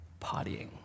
partying